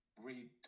read